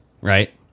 right